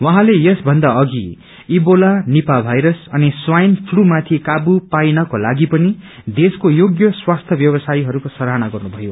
उहाँले यस भन्दा अघि इबोलात्र निपाह भाइरस अनि स्वाइन फ्लुमाथि कावू पाइनको लागि पनि देशको योग्य स्वास्थ्य व्यावसायीहरूको सराहना गर्नुभयो